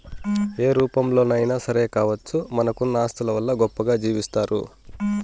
ఏ రూపంలోనైనా సరే కావచ్చు మనకున్న ఆస్తుల వల్ల గొప్పగా జీవిస్తారు